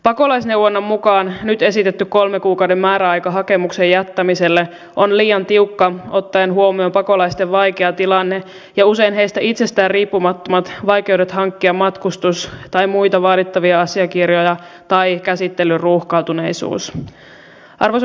pakolaisneuvonnan mukaan nyt esitetty kolmen kuukauden määräaika hakemuksen jättämiselle on liian tiukka ottaen huomioon pakolaisten vaikea tilanne ja usein heistä itsestään riippumattomat vaikeudet hankkia matkustus tai muita vaadittavia asiakirjoja tai käsittelyn ruuhkautuneisuus